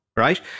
Right